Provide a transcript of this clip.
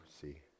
see